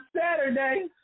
Saturday